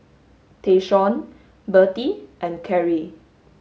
Tayshaun Bertie and Karie